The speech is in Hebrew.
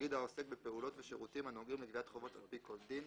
תאגיד העוסק בפעולות ושירותים הנוגעים לגביית חובות על פי כל דין,